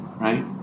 right